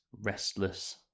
restless